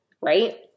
right